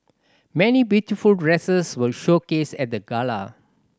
many beautiful dresses were showcased at the gala